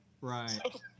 right